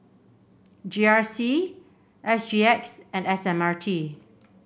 G R C S G X and S M R T